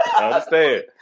understand